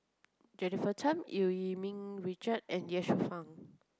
Jennifer Tham Eu Yee Ming Richard and Ye Shufang